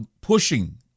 pushing